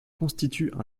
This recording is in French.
constituent